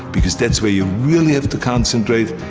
because that where you really have to concentrate,